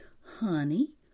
Honey